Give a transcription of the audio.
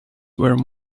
where